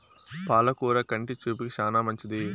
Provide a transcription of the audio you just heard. పాల కూర కంటి చూపుకు చానా మంచిది